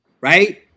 right